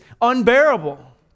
unbearable